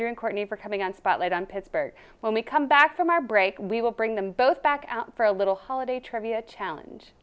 and courtney for coming on spotlight on pittsburgh when we come back from our break we will bring them both back out for a little holiday trivia challenge